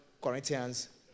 Corinthians